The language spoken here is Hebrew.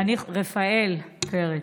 רפאל פרץ,